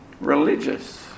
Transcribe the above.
religious